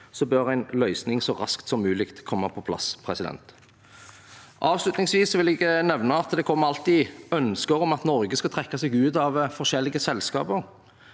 det bør en løsning så raskt som mulig komme på plass. Avslutningsvis vil jeg nevne at det alltid kommer ønsker om at Norge skal trekke seg ut av forskjellige selskaper.